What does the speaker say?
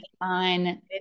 on